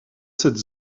cette